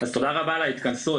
רבה על ההתכנסות,